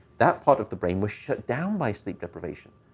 that part of the brain was shut down by sleep deprivation.